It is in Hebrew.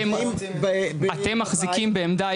אתם מחזיקים בעמדה,